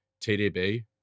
TDB